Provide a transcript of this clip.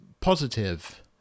positive